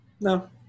No